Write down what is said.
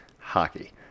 hockey